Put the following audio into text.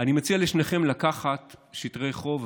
אני מציע לשניכם לקחת שטרי חוב,